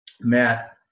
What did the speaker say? Matt